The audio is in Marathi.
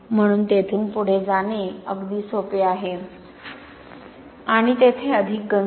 म्हणून तेथून पुढे जाणे अगदी सोपे आहे आणि अधिक गंज नाही